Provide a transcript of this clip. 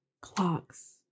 Clocks